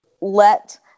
let